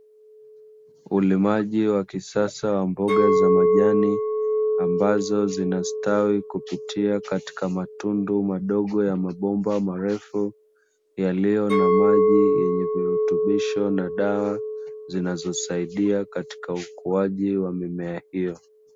Ulimaji wa kisasa wa mboga za majani, ambazo zinastawi kupitia katika matundu madogo ya mabomba marefu, yaliyo na maji yenye virutubisho na dawa zinazosaidia katika ukuaji wa mimea hiyo.